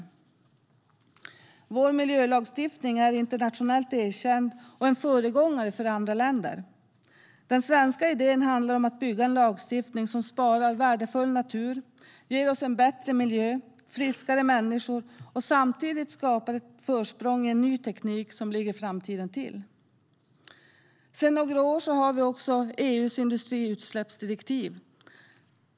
Den svenska miljölagstiftningen är internationellt erkänd och en föregångare för andra länder. Den svenska idén handlar om att bygga en lagstiftning som sparar värdefull natur, ger oss en bättre miljö, friskare människor och samtidigt skapar ett försprång med ny teknik som ligger framtiden till. Sedan några år finns också EU:s industriutsläppsdirektiv.